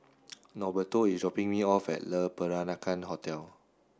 Norberto is dropping me off at Le Peranakan Hotel